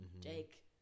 Jake